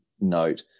note